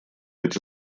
эти